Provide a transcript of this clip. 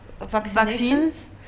Vaccinations